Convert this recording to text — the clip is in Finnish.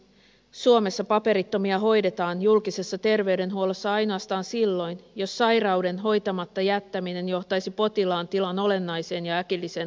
suomessa paperittomia hoidetaan julkisessa terveydenhuollossa ainoastaan silloin jos sairauden hoitamatta jättäminen johtaisi potilaan tilan olennaiseen ja äkilliseen huononemiseen